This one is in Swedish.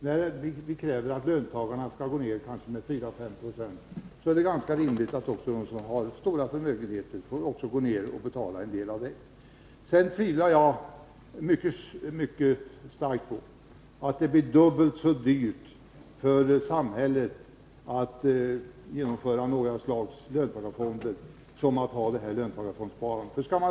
När vi kräver att löntagarna skall minska sina löner med kanske 4-5 2 är det rimligt att även de som har stora förmögenheter också bidrar med en del. Jag tvivlar starkt på att det blir dubbelt så dyrt för samhället att genomföra något slags löntagarfonder som att ha skattefondssparandet.